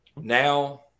Now